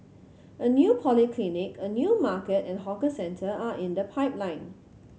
a new polyclinic a new market and hawker centre are in the pipeline